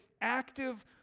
active